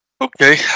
Okay